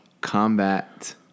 combat